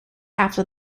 after